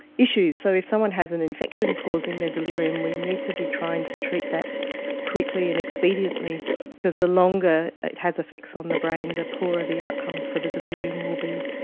issues. so if someone has an infection causing their delirium, we need to be trying to treat that quickly and expediently because the longer it has effects on the brain, the poorer the outcomes for the delirium will be.